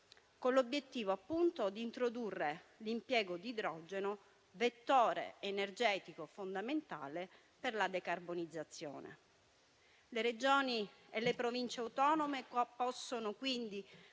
con l'obiettivo, appunto di introdurre l'impiego di idrogeno, vettore energetico fondamentale per la decarbonizzazione. Le Regioni e le Province autonome possono, quindi,